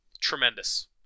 Tremendous